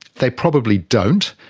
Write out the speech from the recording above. they probably don't,